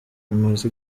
imaze